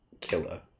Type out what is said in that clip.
Killer